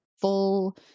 full